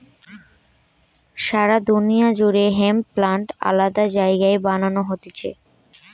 সারা দুনিয়া জুড়ে hemp plant আলাদা জায়গায় বানানো হতিছে